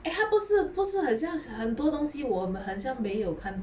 eh 他不是不是很像很多东西我好像没有看